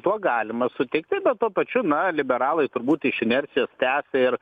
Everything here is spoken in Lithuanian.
tuo galima sutikti bet tuo pačiu na liberalai turbūt iš inercijos tęs ir